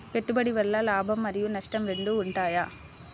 పెట్టుబడి వల్ల లాభం మరియు నష్టం రెండు ఉంటాయా?